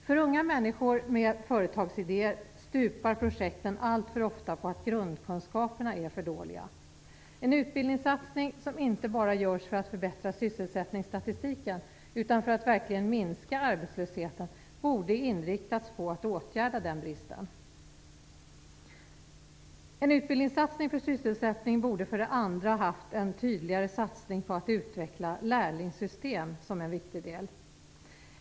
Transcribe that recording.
För unga människor med företagsidéer stupar projekten alltför ofta på att grundkunskaperna är för dåliga. En utbildningssatsning som inte bara görs för att förbättra sysselsättningsstatistiken utan för att verkligen minska arbetslösheten borde ha inriktats på att åtgärda den bristen. En utbildningssatsning för sysselsättning borde ha haft en tydligare satsning på ett utvecklat lärlingssystem som en viktig del.